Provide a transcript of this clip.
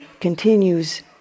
continues